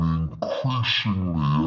increasingly